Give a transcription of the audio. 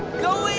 go